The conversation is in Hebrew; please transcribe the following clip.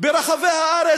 ברחבי הארץ,